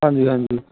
ਹਾਂਜੀ ਹਾਂਜੀ